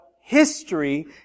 history